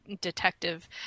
detective